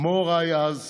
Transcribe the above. כמו הוריי אז,